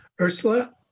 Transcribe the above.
Ursula